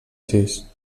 sis